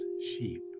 sheep